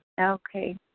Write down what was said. Okay